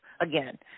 again